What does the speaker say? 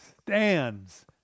stands